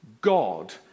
God